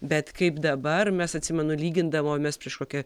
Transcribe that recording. bet kaip dabar mes atsimenu lygindavomės prieš kokį